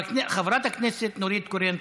חברת הכנסת נורית קורן,